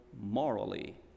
morally